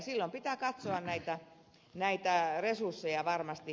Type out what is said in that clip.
silloin pitää katsoa näitä resursseja varmasti